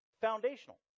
Foundational